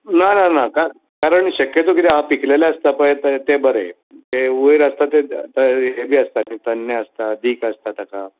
ना ना ना का कारण शक्यतो कितें आहा पिकलेले आसतात पळय तें बरें तें वयर आसतात तें ये बी आसतात तरणे आसतात दीख आसता ताका